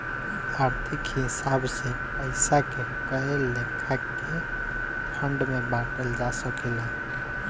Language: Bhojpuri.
आर्थिक हिसाब से पइसा के कए लेखा के फंड में बांटल जा सकेला